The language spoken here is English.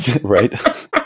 right